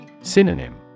Synonym